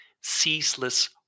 ceaseless